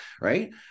right